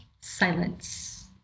Silence